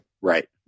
right